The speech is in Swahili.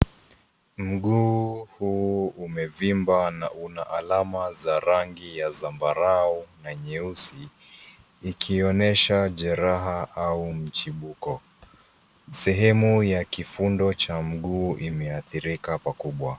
Mguu huu umevimba na una alama za rangi ya zambarau na nyeusi ukionyesha jeraha au mchibuko . Sehemu ya kifundo cha mguu imeathirika pakubwa.